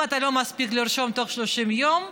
אם אתה לא מספיק לרשום תוך 30 יום,